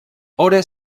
ore